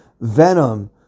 Venom